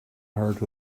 heart